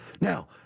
Now